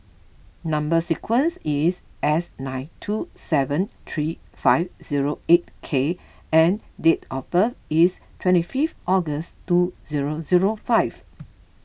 Number Sequence is S nine two seven three five zero eight K and date of birth is twenty fifth August two zero zero five